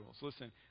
Listen